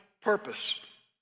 purpose